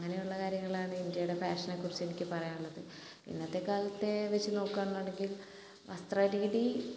അപ്പോൾ അങ്ങനെയുള്ള കാര്യങ്ങളാണ് ഇന്ത്യയുടെ ഫാഷനെ കുറിച്ച് എനിക്ക് പറയാനുള്ളത് ഇന്നത്തെ കാലത്തെ വച്ച് നോക്കുകയാണെന്നുണ്ടെങ്കിൽ വസ്ത്രരീതി